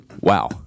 Wow